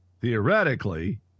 theoretically